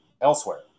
elsewhere